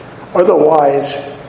Otherwise